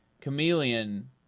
Chameleon